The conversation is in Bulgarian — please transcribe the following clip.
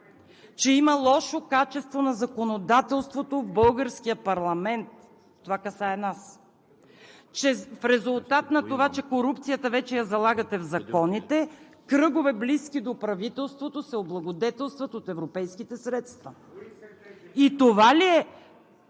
че има лошо качество на законодателството в българския парламента – това касае нас, че в резултат на това, че корупцията вече я залагате в законите, кръгове, близки до правителството, се облагодетелстват от европейските средства. ВЕЖДИ РАШИДОВ